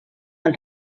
pel